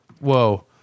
Whoa